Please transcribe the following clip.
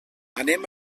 anem